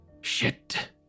Shit